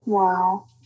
Wow